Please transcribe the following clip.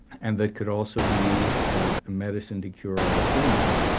and that could also be used as a medicine to cure all illness.